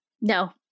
No